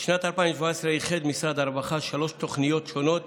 בשנת 2017 איחד משרד הרווחה שלוש תוכניות שונות